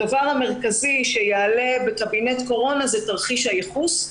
הדבר המרכזי שיעלה בקבינט קורונה הוא תרחיש הייחוס,